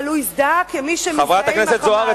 אבל הוא הזדהה כמי שמזדהה עם ה"חמאס" חברת הכנסת זוארץ,